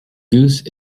goose